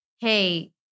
hey